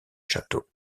châteaux